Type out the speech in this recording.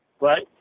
right